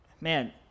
man